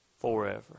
forever